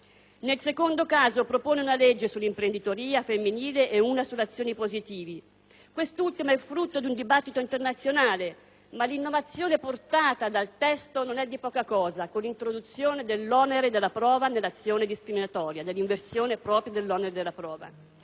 Nel secondo caso, propone una legge sull'imprenditoria femminile e una sulle azioni positive. Quest'ultima è il frutto di un dibattito internazionale, ma l'innovazione portata dal testo non è di poca cosa, con l'introduzione dell'onere della prova nell'azione discriminatoria, dell'inversione proprio dell'onere della prova.